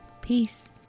Peace